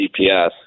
GPS